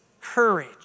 courage